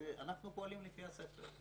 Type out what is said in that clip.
ואנחנו פועלים לפי הספר.